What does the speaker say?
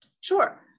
Sure